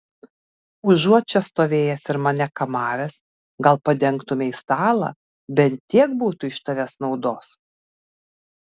užuot čia stovėjęs ir mane kamavęs gal padengtumei stalą bent tiek būtų iš tavęs naudos